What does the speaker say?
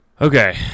Okay